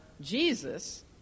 Jesus